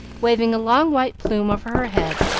waving a long white plume over her head,